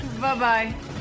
Bye-bye